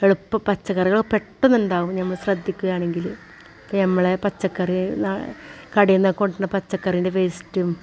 എളുപ്പം പച്ചക്കറികൾ പെട്ടെന്ന് ഉണ്ടാകും നമ്മൾ ശ്രദ്ധിക്കുക ആണെങ്കിൽ ഇപ്പം നമ്മളുടെ പച്ചക്കറി കടേന്നൊക്കെ കൊണ്ട് വരുന്ന പച്ചക്കറി വേസ്റ്റും